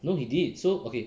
no he did so okay